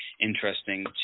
interesting